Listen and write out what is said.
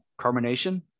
carbonation